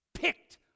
Picked